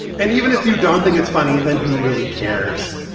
and even if you don't think it's funny, then who really cares?